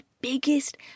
biggest